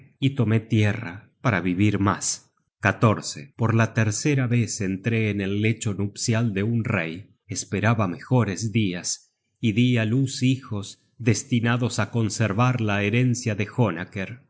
y tomé tierra para vivir mas por la tercera vez entré en el lecho nupcial de un rey esperaba mejores dias y di á luz hijos destinados á conservar la herencia de